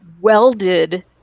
welded